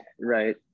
right